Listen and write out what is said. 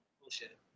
Bullshit